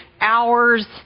hours